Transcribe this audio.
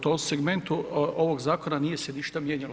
U tom segmentu ovog zakona nije se ništa mijenjalo.